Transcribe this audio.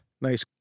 nice